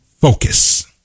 focus